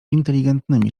inteligentnymi